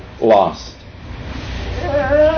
lost